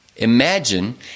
Imagine